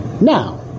Now